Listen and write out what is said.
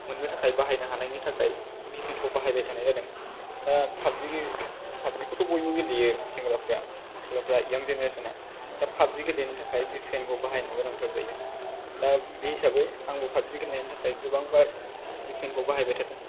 मोननो थाखाय बाहायनो हानायनि थाखाय भिपिनखौ बाहायबाय थानाय जादों दा पाबजि पाबजिखौथ' बयबो गेलेयो सेंग्राफ्रा सिख्लाफ्रा इयं जेनेरेस'ना दा पाबजि गेलेनो थाखाय भिपिनखौ बाहायनो गोनांथार जायो दा बे हिसाबै आंबो पाबजि गेलेनायनि थाखाय गोबांबार भिफिएनखौ बाहायबाय थादों